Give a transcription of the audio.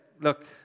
look